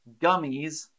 gummies